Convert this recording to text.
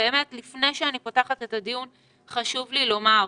לפני שאני פותחת את הדיון חשוב לי לומר,